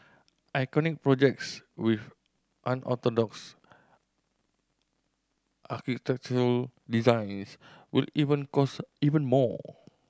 iconic projects with unorthodox architectural designs will even cost even more